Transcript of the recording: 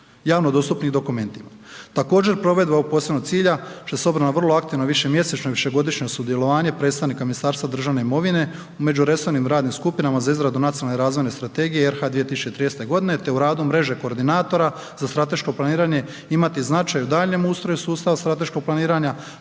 javno dostupnih dokumentima. Također provedba ovog posebnog cilja što se .../Govornik se ne razumije./... vrlo aktivno, višemjesečno i višegodišnje sudjelovanje predstavnika Ministarstva državne imovine u međuresornim radnim skupinama za izradu Nacionalne razvojne strategije RH 2013. godine te u radu mreže koordinatora za strateško planiranje imati značaj u daljnjem ustroju sustava strateškog planiranja